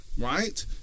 Right